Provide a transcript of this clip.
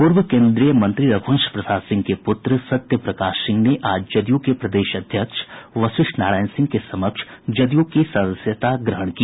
पूर्व केन्द्रीय मंत्री रघुवंश प्रसाद सिंह के पुत्र सत्य प्रकाश सिंह ने आज जदयू के प्रदेश अध्यक्ष वशिष्ठ नारायण सिंह के समक्ष जदयू की सदस्यता ग्रहण की